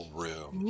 room